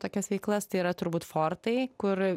tokias veiklas tai yra turbūt fortai kur